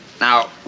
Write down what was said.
Now